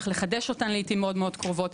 צריך לחדש אותן לעיתים מאוד קרובות.